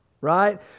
right